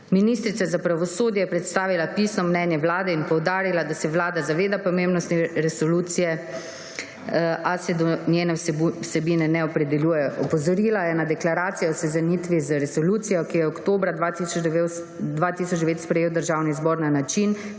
Ministrica za pravosodje je predstavila pisno mnenje Vlade in poudarila, da se Vlada zaveda pomembnosti resolucije, a se do njene vsebine ne opredeljuje. Opozorila je na deklaracijo o seznanitvi z resolucijo, ki jo je oktobra 2009 sprejel Državni zbor na način,